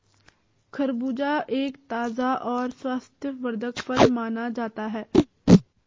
खरबूजा एक ताज़ा और स्वास्थ्यवर्धक फल माना जाता है